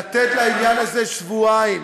לתת לעניין הזה שבועיים,